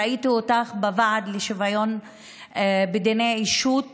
ראיתי אותך בוועד לשוויון בדיני אישות